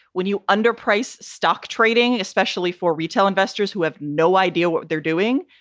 when you underpriced stock trading, especially for retail investors who have no idea what they're doing,